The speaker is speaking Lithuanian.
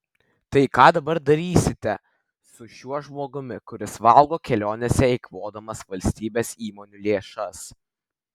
tai ką dabar darysite su šiuo žmogumi kuris valgo kelionėse eikvodamas valstybės įmonių lėšas